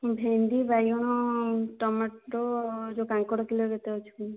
ଭେଣ୍ଡି ବାଇଗଣ ଟମାଟୋ ଯେଉଁ କାଙ୍କଡ଼ କିଲୋ କେତେ ଅଛି କୁହନ୍ତୁ